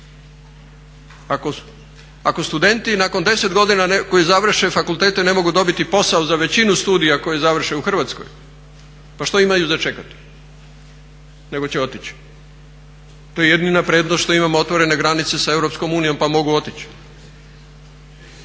Ako studenti nakon 10 godina koji završe fakultete ne mogu dobiti posao za većinu studija koje završe u Hrvatskoj, pa što imaju za čekati nego će otići. To je jedina prednost što imamo otvorene granice sa EU pa mogu otići.